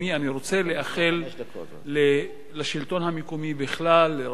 אני רוצה לאחל לשלטון המקומי בכלל ולראשי